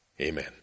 Amen